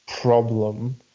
problem –